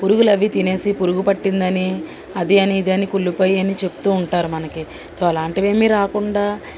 పురుగులవి తినేసి పురుగు పట్టిందని అది అని ఇదని కుళ్ళిపోయేయని చెప్తూ ఉంటారు మనకి సో అలాంటివేమీ రాకుండా